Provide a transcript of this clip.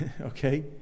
okay